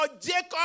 Jacob